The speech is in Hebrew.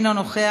אינו נוכח,